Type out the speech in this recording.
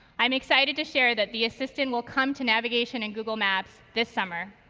i'm excited to share that the assistant will come to navigation in google maps this summer.